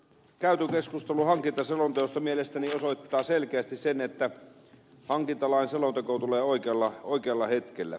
käyty keskustelu hankintaselonteosta mielestäni osoittaa selkeästi sen että hankintalain selonteko tulee oikealla hetkellä